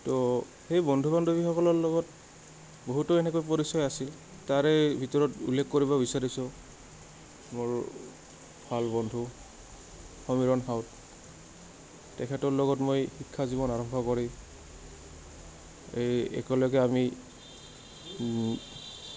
তো সেই বন্ধু বান্ধৱীসকলৰ লগত বহুতো এনেকৈ পৰিচয় আছিল তাৰে ভিতৰত উল্লেখ কৰিব বিচাৰিছোঁ মোৰ ভাল বন্ধু সমীৰণ সাউদ তেখেতৰ লগত মই শিক্ষা জীৱন আৰম্ভ কৰি এই একেলগে আমি